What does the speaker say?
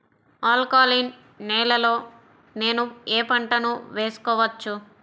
Alkaline నేలలో నేనూ ఏ పంటను వేసుకోవచ్చు?